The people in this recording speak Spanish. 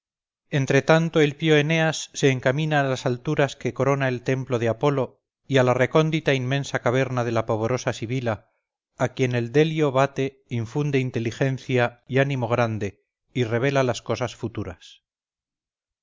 entre tanto el pío eneas se encamina a las alturas que corona el templo de apolo y a la recóndita inmensa caverna de la pavorosa sibila a quien el delio vate infunde inteligencia y ánimo grande y revela las cosas futuras